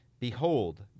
Behold